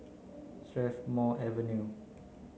Strathmore Avenue